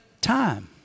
time